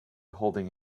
holding